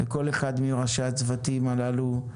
לכל אחד מראשי הצוותים הללו,